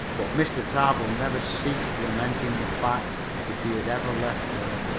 but mr. tarbill never ceased lamenting the fact that he had ever left home.